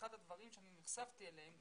אחד הדברים שאני נחשפתי אליהם,